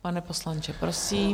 Pane poslanče, prosím.